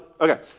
okay